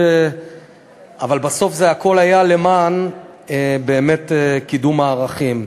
אבל בסוף הכול היה באמת למען קידום הערכים.